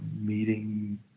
meeting